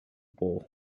bowl